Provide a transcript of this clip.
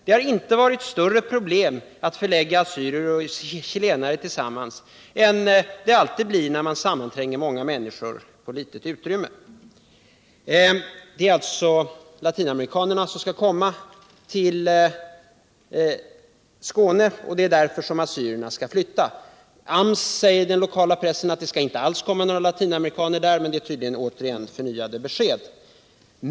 Det har inte varit större problem att förlägga assyrier och chilenare tillsammans än det alltid blir när man sammantränger många människor på litet utrymme. Det skall alltså komma latinamerikaner till Skåne, och därför skall assyrierna flytta. AMS säger i den lokala pressen att det inte alls skall komma några latinamerikaner, men det är tydligen återigen nya besked.